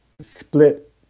split